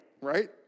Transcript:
right